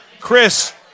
chris